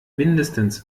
mindestens